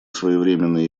своевременной